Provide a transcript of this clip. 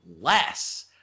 less